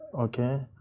okay